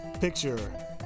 Picture